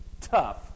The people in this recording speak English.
tough